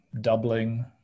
doubling